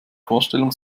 vorstellung